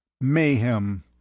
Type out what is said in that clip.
Mayhem